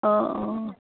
অঁ অঁ